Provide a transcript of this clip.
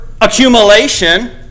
accumulation